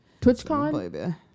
TwitchCon